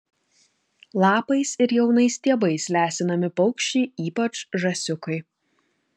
lapais ir jaunais stiebais lesinami paukščiai ypač žąsiukai